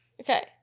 okay